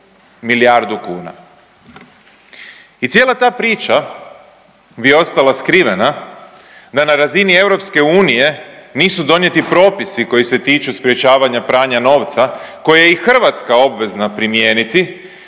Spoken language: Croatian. Milijardu kuna. I cijela ta priča bi ostala skrivena da na razini EU nisu donijeti propisi koji se tiču sprječavanja pranja novca koje je i Hrvatska obvezna primijeniti,